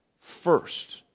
first